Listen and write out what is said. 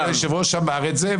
היושב-ראש אמר את זה,